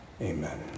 amen